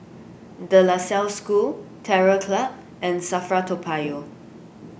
De La Salle School Terror Club and Safra Toa Payoh